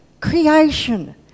creation